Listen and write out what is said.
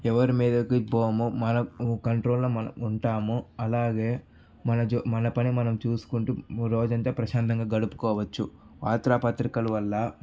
ఎవరి మీదకి పోము మన కంట్రోల్లో మనం ఉంటాము అలాగే మన పని మనం చూసుకుంటూ రోజంతా ప్రశాంతంగా గడుపుకోవచ్చు వార్తా పత్రికల వల్ల